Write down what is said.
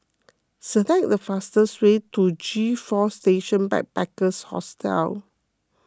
select the fastest way to G four Station by Backpackers Hostel